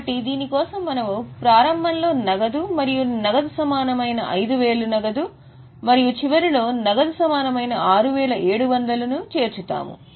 కాబట్టి దీనికోసం మనము ప్రారంభంలో నగదు మరియు నగదు సమానమైన 5000 నగదు మరియు చివరిలో నగదు సమానమైన 6700 ను చేర్చుతాము